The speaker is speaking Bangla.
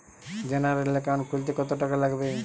জেনারেল একাউন্ট খুলতে কত টাকা লাগবে?